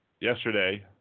yesterday